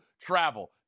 travel